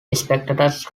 spectators